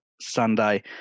Sunday